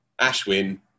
Ashwin